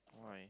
why